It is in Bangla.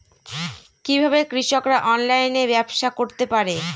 কিভাবে কৃষকরা অনলাইনে ব্যবসা করতে পারে?